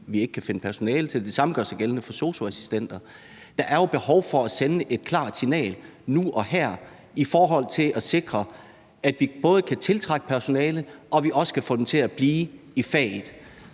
vi ikke kan finde personale til dem. Det samme gør sig gældende for sosu-assistenter. Der er jo behov for at sende et klart signal nu og her i forhold til at sikre, at vi både kan tiltrække personale, og at vi også kan få dem til at blive i faget.